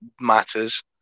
matters